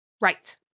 Right